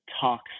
talks